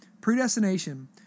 predestination